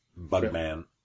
Bugman